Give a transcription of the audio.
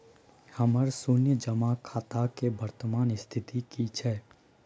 हमर शुन्य जमा खाता के वर्तमान स्थिति की छै?